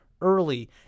early